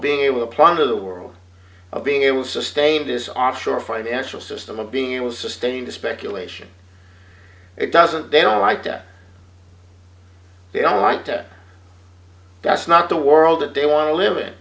being able to plunder the world of being able to sustain it is offshore financial system of being able to sustain the speculation it doesn't they don't like that they don't like that that's not the world that they want to live in